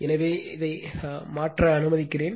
எனவே இதை மாற்ற அனுமதிக்கிறேன்